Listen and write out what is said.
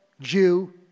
Jew